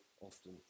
often